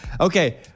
Okay